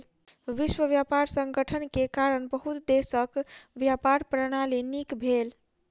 विश्व व्यापार संगठन के कारण बहुत देशक व्यापार प्रणाली नीक भेल